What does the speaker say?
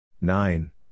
Nine